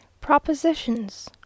Propositions